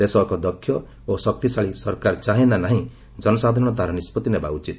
ଦେଶ ଏକ ଦକ୍ଷ ଓ ଶକ୍ତିଶାଳୀ ସରକାର ଚାହେଁ ନା ନାହିଁ ଜନସାଧାରଣ ତାହାର ନିଷ୍ପଭି ନେବା ଉଚିତ